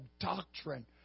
doctrine